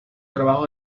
trabajo